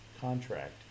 contract